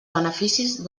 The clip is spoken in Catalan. beneficis